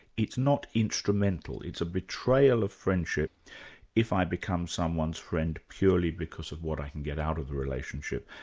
it's not instrumental, it's a betrayal of friendship if i become someone's friend purely because of what i can get out of the relationship,